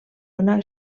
una